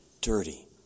dirty